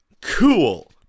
Cool